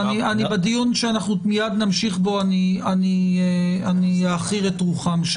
בדיון שאנחנו מיד נמשיך בו אני אעכיר את רוחם.